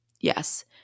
Yes